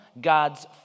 God's